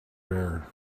bear